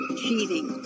cheating